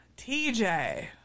TJ